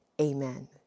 Amen